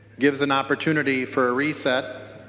gives an opportunity for a reset.